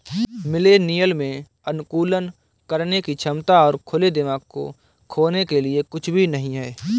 millennial में अनुकूलन करने की क्षमता और खुले दिमाग को खोने के लिए कुछ भी नहीं है